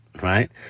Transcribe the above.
right